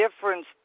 difference